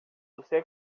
você